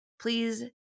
Please